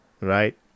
Right